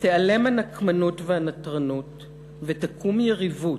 "תיעלם הנקמנות והנטרנות ותקום יריבות,